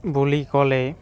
বুলি ক'লে